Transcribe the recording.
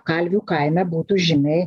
kalvių kaime būtų žymiai